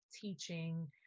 teaching